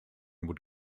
would